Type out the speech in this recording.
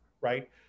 right